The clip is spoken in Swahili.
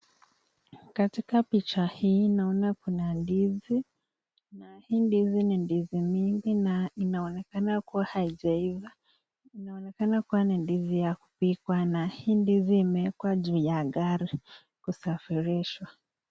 Katika picha hii naona ndizi na hii ndizi mingi tunaona haijaiva inaonekana kuwa ndizi ya kupikwa, na hii ndizi ilikiwa juu ya gari kusafirishwa.